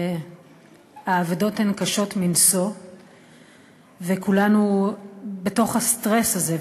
כשהאבדות הן קשות מנשוא וכולנו בתוך הסטרס הזה,